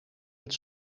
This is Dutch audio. met